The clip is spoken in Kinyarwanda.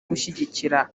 gushyigikira